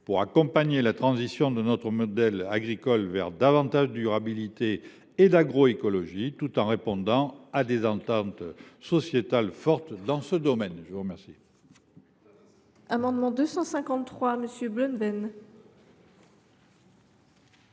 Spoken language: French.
pour accompagner la transition de notre modèle agricole vers davantage de durabilité et d’agroécologie, tout en répondant à des attentes sociétales fortes dans ce domaine. Les deux